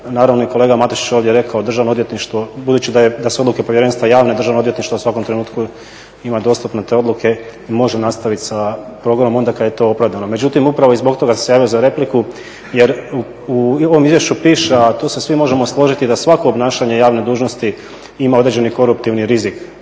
Naravno i kolega Matušić je ovdje reko državno odvjetništvo, budući da su odluke povjerenstva javne državno odvjetništvo u svakom trenutku ima dostupne te odluke i može nastaviti sa progonom onda kada je to opravdano. Međutim, upravo i zbog toga sam se javio za repliku jer u ovom izvješću piše a tu se svi možemo složiti da svako obnašanje javne dužnosti ima određeni koruptivni rizik